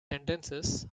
sentences